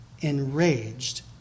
enraged